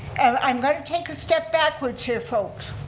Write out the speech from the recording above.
i'm going to take a step backwards here, folks.